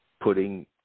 putting